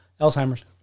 Alzheimer's